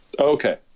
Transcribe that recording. Okay